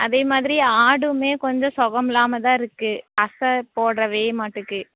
அதே மாதிரி ஆடுமே கொஞ்சம் சுகமில்லாமதான் இருக்குது அசை போடவே மாட்டேக்கு